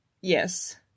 Yes